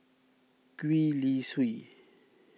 Gwee Li Sui